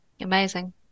Amazing